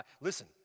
Listen